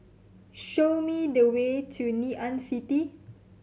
show me the way to Ngee Ann City